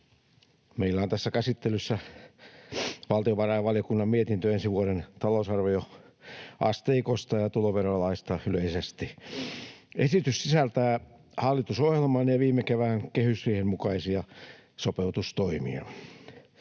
Meillä on tässä käsittelyssä valtiovarainvaliokunnan mietintö ensi vuoden talousarvioasteikosta ja tuloverolaista yleisesti. Esitys sisältää hallitusohjelman ja viime kevään kehysriihen mukaisia sopeutustoimia.